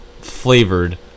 flavored